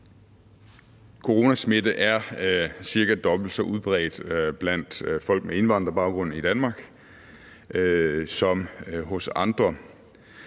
coronasmitte er cirka dobbelt så udbredt blandt folk med indvandrerbaggrund som hos andre